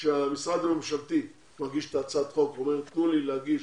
שהמשרד הממשלתי מגיש את הצעת החוק ומבקש לחכות כדי שהוא יגיש,